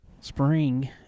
spring